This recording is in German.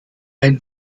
ein